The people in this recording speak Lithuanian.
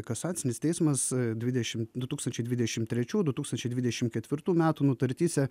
kasacinis teismas dvidešim du tūkstančiai dvidešim trečių du tūkstančiai dvidešim ketvirtų metų nutartyse